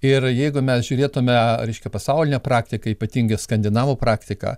ir jeigu mes žiūrėtume reiškia pasaulinę praktiką ypatingi skandinavų praktiką